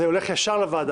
זה הולך ישר לוועדה.